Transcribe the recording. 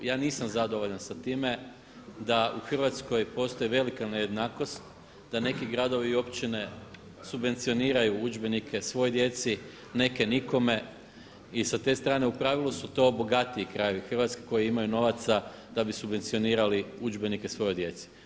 Ja nisam zadovoljan sa time da u Hrvatskoj postoji velika nejednakost, da neki gradovi i općine subvencioniraju učenike svoj djeci, neke nikome i sa te strane u pravilu su to bogatiji krajevi Hrvatske koji imaju novaca da bi subvencionirali udžbenike svojoj djeci.